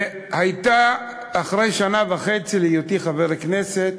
וזו הייתה, אחרי שנה וחצי להיותי חבר הכנסת,